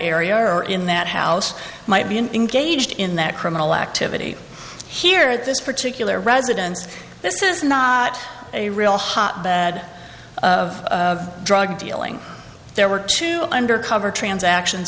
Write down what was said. area or in that house might be engaged in that criminal activity here at this particular residence this is not a real hotbed of drug dealing there were two undercover transactions